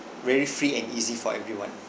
very free and easy for everyone